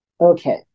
Okay